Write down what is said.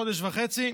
חודש וחצי,